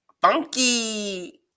Funky